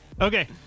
Okay